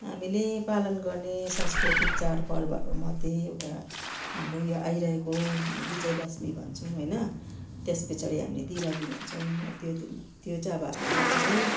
हामीले पालन गर्ने सांस्कृतिक चाडपर्वहरूमध्ये एउटा हाम्रो यो आइरहेको विजया दसमी भन्छौँ होइन त्यसपछाडि हामीले दिवाली भन्छौँ अब त्यो त्यो चाहिँ अब हामीले एकदमै